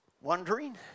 wondering